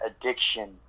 addiction